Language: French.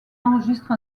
enregistre